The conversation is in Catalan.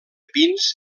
pins